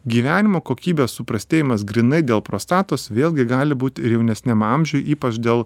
gyvenimo kokybės suprastėjimas grynai dėl prostatos vėlgi gali būt ir jaunesniam amžiuj ypač dėl